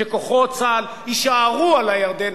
שכוחות צה"ל יישארו על הירדן,